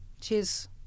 cheers